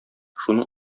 шуның